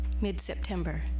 Mid-September